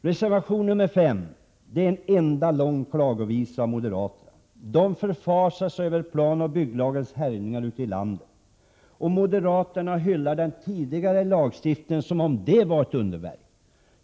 Reservation 5 är en enda lång klagovisa av moderaterna. De förfasar sig över planoch bygglagens härjningar ute i landet. Moderaterna hyllar den tidigare lagstiftningen, som om denna var ett underverk.